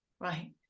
right